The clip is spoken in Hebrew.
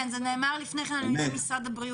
כן, זה נאמר לפני כן על ידי משרד הבריאות.